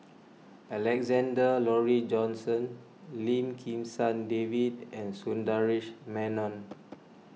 Alexander Laurie Johnston Lim Kim San David and Sundaresh Menon